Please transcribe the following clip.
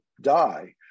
die